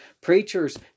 Preachers